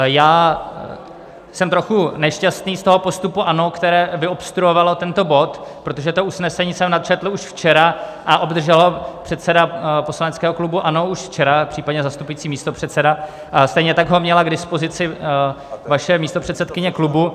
Já jsem trochu nešťastný z postupu ANO, které vyobstruovalo tento bod, protože to usnesení jsem načetl už včera a obdržel ho včera předseda poslaneckého klubu ANO už včera, případně zastupující místopředseda, a stejně tak ho měla k dispozici vaše místopředsedkyně klubu.